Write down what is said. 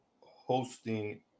hosting